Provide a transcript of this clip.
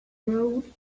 rode